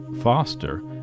Foster